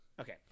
Okay